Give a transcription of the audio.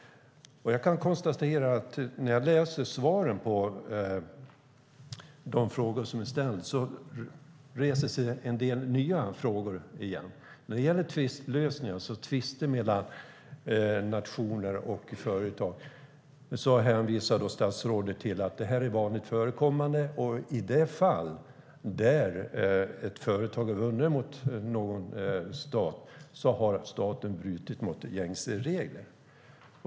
Jag kan konstatera att svaren på de frågor som är ställda reser en del nya frågor. När det gäller tvistlösning och tvister mellan nationer och företag hänvisar statsrådet till att det är vanligt förekommande och att i de fall ett företag har vunnit mot någon stat har staten brutit mot gängse regler.